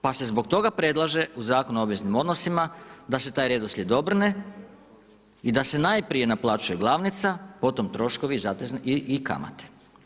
Pa se zbog toga prelaže u Zakonu o obveznim odnosima, da se taj redoslijed obrne i da se najprije naplaćuje glavnica, potom troškovi i kamate.